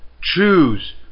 Choose